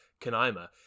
Kanaima